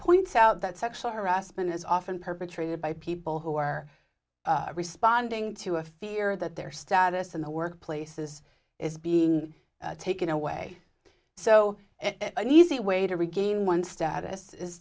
points out that sexual harassment is often perpetrated by people who are responding to a fear that their status in the workplace is is being taken away so an easy way to regain one's status is